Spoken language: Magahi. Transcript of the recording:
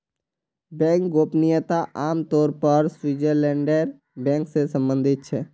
बैंक गोपनीयता आम तौर पर स्विटज़रलैंडेर बैंक से सम्बंधित छे